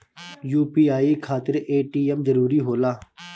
UPI खातिर ATM जरूरी होला?